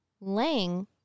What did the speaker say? Lang